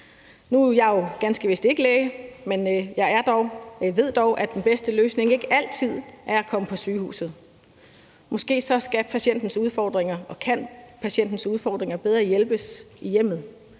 Nu er jeg jo ganske vist ikke læge, men jeg ved dog, at den bedste løsning ikke altid er at komme på sygehuset. Måske kan patientens udfordringer bedre afhjælpes i hjemmet